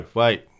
wait